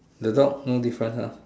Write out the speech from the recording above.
the dog no different uh